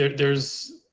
there's,